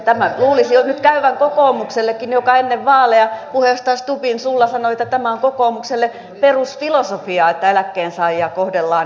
tämän luulisi jo nyt käyvän kokoomuksellekin joka ennen vaaleja puheenjohtaja stubbin suulla sanoi että tämä on kokoomukselle perusfilosofia että eläkkeensaajia kohdellaan tasavertaisesti